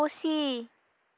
ᱯᱩᱥᱤ